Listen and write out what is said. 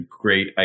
great